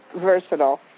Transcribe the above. versatile